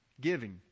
giving